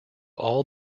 all